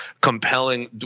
compelling